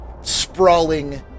sprawling